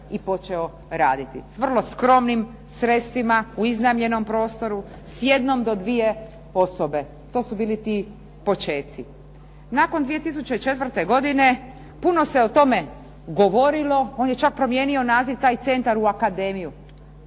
počeo i raditi s vrlo skromnim sredstvima u iznajmljenom prostoru, s jednom do dvije osobe. To su bili ti počeci. Nakon 2004. godine puno se o tome govorilo. On je čak promijenio taj centar u akademiju,